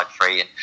free